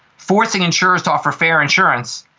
forcing insurers to offer fair insurance.